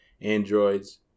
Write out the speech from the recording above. androids